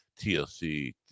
TLC